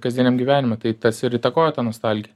kasdieniam gyvenime tai tarsi ir įtakoja tą nostalgiją